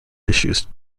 issues